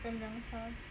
ya